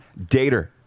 Dater